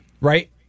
right